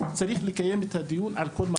צריך לקיים את הדיון על כל מה שגם אתה אומר.